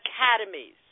academies